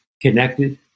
connected